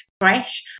fresh